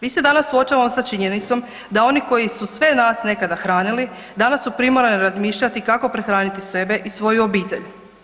Mi se danas suočavamo sa činjenicom da oni koji su sve nas nekada hranili, danas su primorani razmišljati kako prehraniti sebe i svoju obitelj.